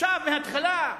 עכשיו, מההתחלה,